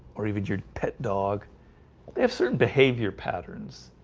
or even your pet dog they have certain behavior patterns